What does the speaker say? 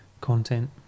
content